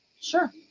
Sure